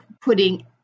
putting